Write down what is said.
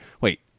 wait